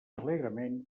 alegrement